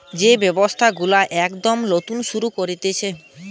যেই ব্যবসা গুলো একদম নতুন শুরু হতিছে